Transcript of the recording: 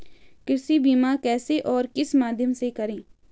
कृषि बीमा कैसे और किस माध्यम से करें?